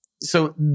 So-